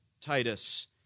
Titus